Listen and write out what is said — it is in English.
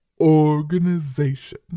organization